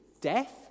death